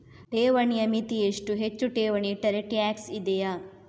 ಠೇವಣಿಯ ಮಿತಿ ಎಷ್ಟು, ಹೆಚ್ಚು ಠೇವಣಿ ಇಟ್ಟರೆ ಟ್ಯಾಕ್ಸ್ ಇದೆಯಾ?